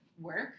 work